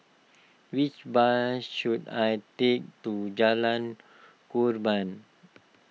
which bus should I take to Jalan Korban